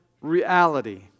reality